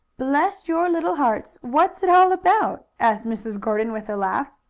bless your little hearts! what's it all about? asked mrs. gordon with a laugh.